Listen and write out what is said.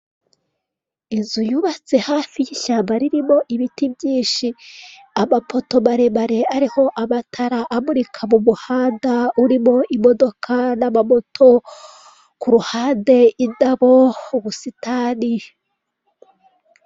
Inzu yubatse hafi y'ishyamba ririmo ibiti byinshi amapoto marebamare ariho abatara amurika m'umuhanda urimo imodoka n'amamoto, k'uruhande indabo ubusitani.